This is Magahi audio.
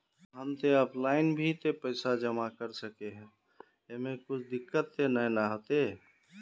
हम ते ऑफलाइन भी ते पैसा जमा कर सके है ऐमे कुछ दिक्कत ते नय न होते?